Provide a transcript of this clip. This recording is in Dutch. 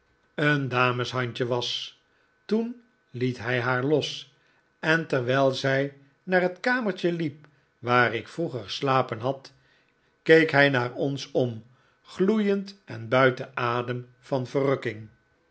peggotty dameshandje was toen liet hij haar los en terwijl zij naar het kamertje hep waar ik vroeger geslapen had keek hij naar ons om gloeiend en buiten adem van verrukking